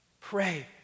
pray